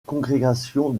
congrégation